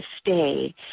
stay